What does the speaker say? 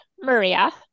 Maria